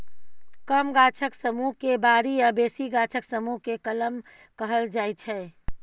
कम गाछक समुह केँ बारी आ बेसी गाछक समुह केँ कलम कहल जाइ छै